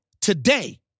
today